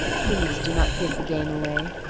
please do not give the game away.